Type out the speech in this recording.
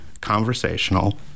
conversational